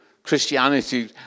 Christianity